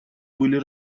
были